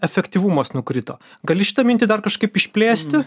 efektyvumas nukrito gali šitą mintį dar kažkaip išplėsti